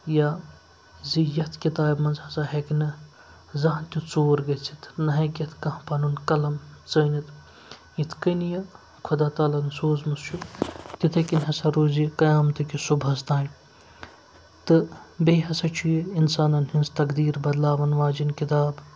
یا زِ یَتھ کِتابہِ منٛز ہَسا ہیٚکہِ نہٕ زانٛہہ تہِ ژوٗر گٔژھِتھ نہ ہیٚکہِ یَتھ کانٛہہ پَنُن قلم ژٲنِتھ یِتھ کٔنۍ یہِ خۄدا تعالیٰ ہَن سوٗزمٕژ چھُ تِتھَے کٔنۍ ہَسا روٗز یہِ قیامتٕکِس صُبحَس تام تہٕ بیٚیہِ ہَسا چھُ یہِ اِنسانَن ہِنٛز تقدیٖر بدلاوَن واجٮ۪ن کِتاب